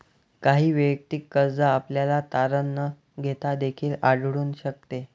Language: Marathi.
काही वैयक्तिक कर्ज आपल्याला तारण न घेता देखील आढळून शकते